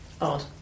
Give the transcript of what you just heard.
odd